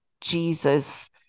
Jesus